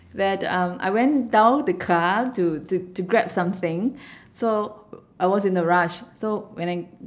where the um I went down the car to to to grab something so I was in a rush so when I